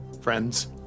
friends